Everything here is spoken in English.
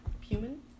human